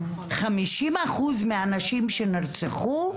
50% מהנשים שנרצחו,